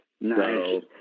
Nice